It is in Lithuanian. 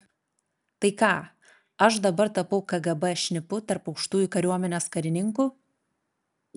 tai ką aš dabar tapau kgb šnipu tarp aukštųjų kariuomenės karininkų